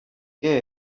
qué